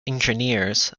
engineers